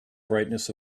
brightness